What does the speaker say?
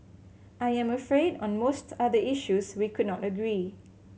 I am afraid on most other issues we could not agree